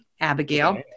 Abigail